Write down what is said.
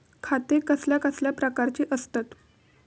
खाते कसल्या कसल्या प्रकारची असतत?